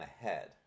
ahead